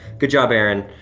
good job, erin.